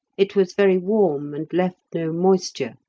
it was very warm, and left no moisture.